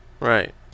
Right